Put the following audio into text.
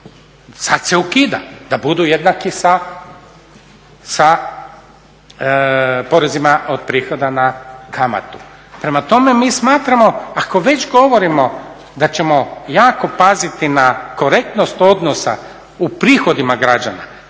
sad se ukida da budu jednaki sa porezima od prihoda na kamatu. Prema tome, mi smatramo ako već govorimo da ćemo jako paziti na korektnost odnosa u prihodima građana,